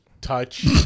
touch